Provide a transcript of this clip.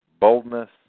boldness